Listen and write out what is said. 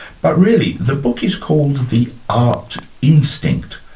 but really, the book is called the art instinct,